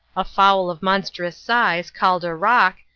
a fowl of monstrous size, called a roc,